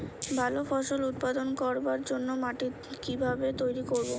ভালো ফসল উৎপাদন করবার জন্য মাটি কি ভাবে তৈরী করব?